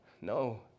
No